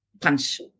punch